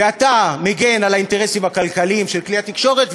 ואתה מגן על האינטרסים הכלכליים של כלי התקשורת,